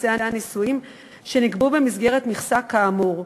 טקסי נישואים שנקבעו במסגרת מכסה כאמור.